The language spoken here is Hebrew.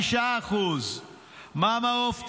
9.6%; מאמא עוף,